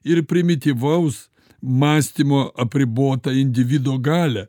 ir primityvaus mąstymo apribotą individo galią